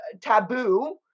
taboo